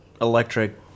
electric